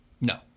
no